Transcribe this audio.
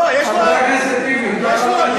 חבר הכנסת אריאל.